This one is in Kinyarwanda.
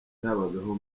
bitabagaho